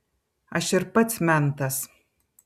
aš ir pats mentas